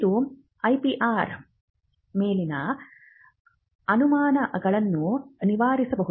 ಇದು ಐಪಿಆರ್ ಮೇಲಿನ ಅನುಮಾನಗಳನ್ನು ನಿವಾರಿಸಬಹುದು